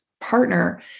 partner